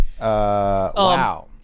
wow